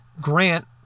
grant